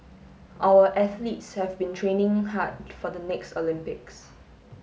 our athletes have been training hard for the next Olympics